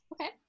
Okay